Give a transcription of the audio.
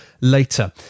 Later